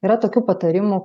yra tokių patarimų